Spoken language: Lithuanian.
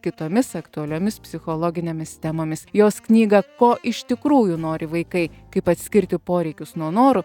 kitomis aktualiomis psichologinėmis temomis jos knygą ko iš tikrųjų nori vaikai kaip atskirti poreikius nuo norų